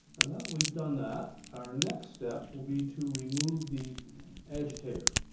and that we've done that, our next step will be to remove the agitator.